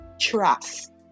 trust